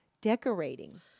decorating